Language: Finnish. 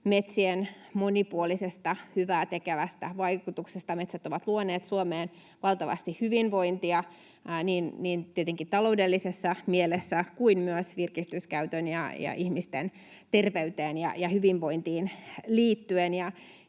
metsien monipuolisesta, hyvää tekevästä vaikutuksesta. Metsät ovat luoneet Suomeen valtavasti hyvinvointia tietenkin niin taloudellisessa mielessä kuin myös virkistyskäyttöön ja ihmisten terveyteen ja hyvinvointiin liittyen.